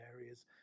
areas